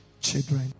children